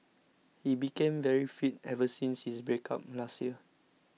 he became very fit ever since his breakup last year